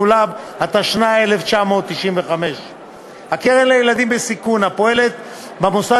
התשנ"ה 1995. הקרן לילדים בסיכון הפועלת במוסד